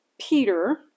Peter